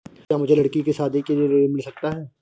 क्या मुझे लडकी की शादी के लिए ऋण मिल सकता है?